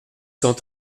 cent